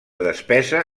despesa